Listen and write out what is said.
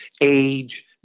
age